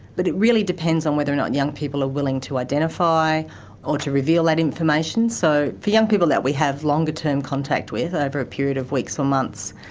but it really depends on whether or not young people are willing to identify or to reveal that information. information. so for young people that we have longer term contact with, over a period of weeks or months,